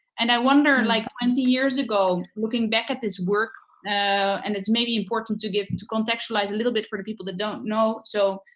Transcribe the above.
and i wonder like twenty years ago, looking back at this work and it's maybe important to give, and to contextualize a little bit for people that don't know. so,